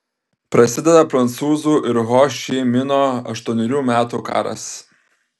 prasideda prancūzų ir ho ši mino aštuonerių metų karas